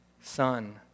son